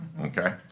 okay